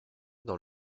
dans